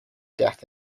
death